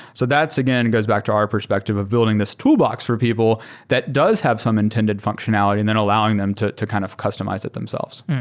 so that's, again, goes back to our perspective of building this toolbox for people that does have some intended functionality and then allowing them to to kind of customize it themselves.